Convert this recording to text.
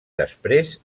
després